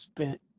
spent